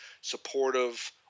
supportive